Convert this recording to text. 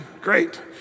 Great